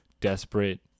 desperate